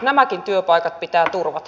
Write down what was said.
nämäkin työpaikat pitää turvata